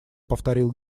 повторил